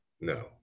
no